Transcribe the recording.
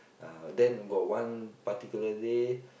uh then got one particular day